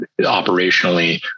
operationally